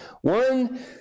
one